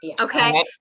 okay